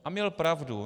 A měl pravdu.